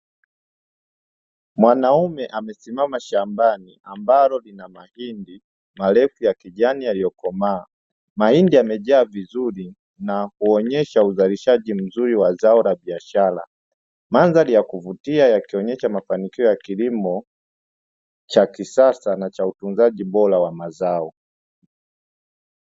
Mwanaume amesisima shambani ambalo lina mahindi marefu ya kijani yaliyokomaa, mahindi yamejaa vizuri na kuonyesha uzalishaji mzuri wa zao la biashara. Mandhari ya kuvutia ya kionyesha mafanikio ya kilimo cha kisasa na cha utunzaji bora wa mazao.